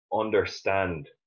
understand